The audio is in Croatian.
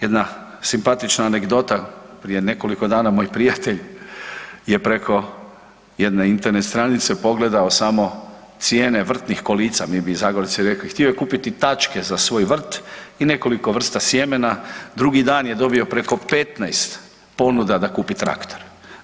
Jedna simpatična anegdota, prije nekoliko dana moj prijatelj je preko jedne Internet stranice pogledao samo cijene vrtnih kolica, mi bi Zagorci rekli htio je kupiti tačke za svoj vrti i nekoliko vrsta sjemena, drugi dan je dobio preko 15 ponuda da kupi traktor.